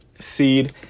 seed